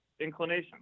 inclination